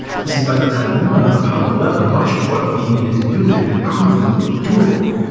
he said, by the time we went on apollo eleven, much of what we needed to do had been proven doable.